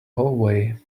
hallway